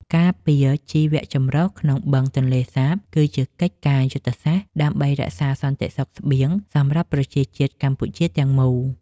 ការពារជីវចម្រុះក្នុងបឹងទន្លេសាបគឺជាកិច្ចការយុទ្ធសាស្ត្រដើម្បីរក្សាសន្តិសុខស្បៀងសម្រាប់ប្រជាជាតិកម្ពុជាទាំងមូល។